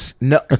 No